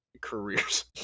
careers